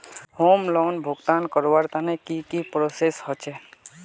Home loan भुगतान करवार तने की की प्रोसेस होचे?